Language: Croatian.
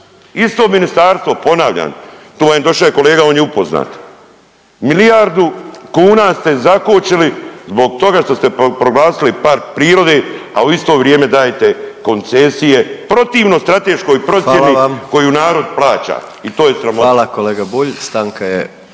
Isto ministarstvo ponavljam. Tu vam je došao i kolega on je upoznat. Milijardu kuna ste zakočili zbog toga što ste proglasili park prirode, a u isto vrijeme dajete koncesije protivno strateškoj procjeni … …/Upadica predsjednik: Hvala